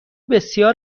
بسیار